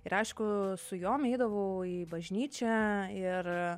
ir aišku su jom eidavau į bažnyčią ir